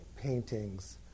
paintings